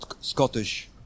Scottish